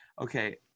Okay